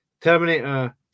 Terminator